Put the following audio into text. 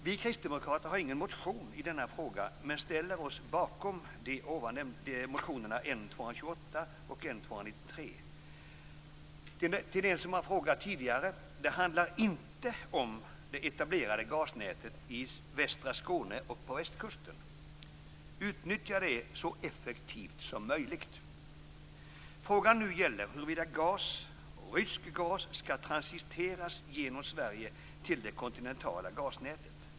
Vi kristdemokrater har ingen motion i denna fråga men vi ställer oss bakom motionerna N228 och Till en som har frågat tidigare vill jag säga: Det handlar inte om det etablerade gasnätet i västra Skåne och på västkusten. Utnyttja det så effektivt som möjligt! Frågan nu gäller huruvida gas, rysk gas, skall transiteras genom Sverige till det kontinentala gasnätet.